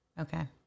Okay